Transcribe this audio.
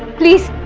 please